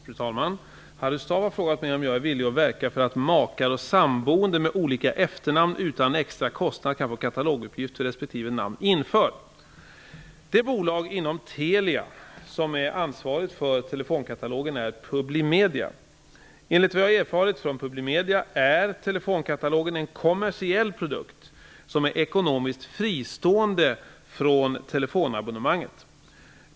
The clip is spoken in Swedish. Fru talman! Harry Staaf har frågat mig om jag är villig att verka för att makar och samboende med olika efternamn utan extra kostnad kan få kataloguppgift för respektive namn införd. Det bolag inom Telia som är ansvarigt för telefonkatalogen är Publimedia. Enligt vad jag erfarit från Publimedia är telefonkatalogen en kommersiell produkt som är ekonomiskt fristående från telefonabonnemanget.